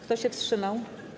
Kto się wstrzymał?